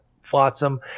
flotsam